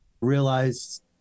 realize